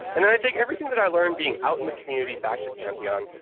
and then i take everything that i learn being out in the community back to pantheon,